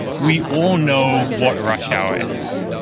we all know what rush-hour ah is.